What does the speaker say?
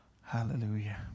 hallelujah